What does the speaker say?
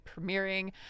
premiering